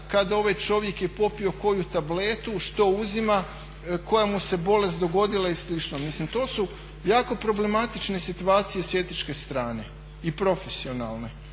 kada ovaj čovjek je popio koju tabletu, što uzima, koja mu se bolest dogodila i slično. Mislim to su jako problematične situacije s etičke strane i profesionalne,